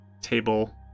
table